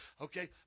okay